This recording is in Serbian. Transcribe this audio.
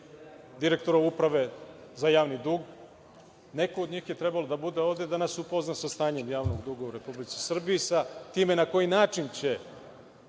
direktora Uprave za javni dug. Neko od njih je trebao da bude ovde, da nas upozna sa stanjem javnog duga u Republici Srbiji, sa time na koji način će